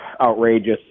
outrageous